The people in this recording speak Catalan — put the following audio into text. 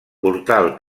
portal